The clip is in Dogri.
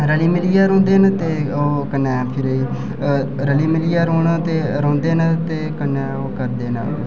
रली मिलियै रौंह्दे न ते ओह् कन्नै फिरी रली मिलियै रौंह्दे न ते कन्नै ओह् करदे न